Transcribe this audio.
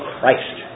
Christ